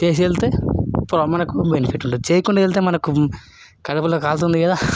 చేసి వెళ్తే మనకు బెనిఫిట్ ఉంటుంది చేయకుండా వెళ్తే కడుపులో కాలుతుంది కదా